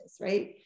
right